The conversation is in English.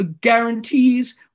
guarantees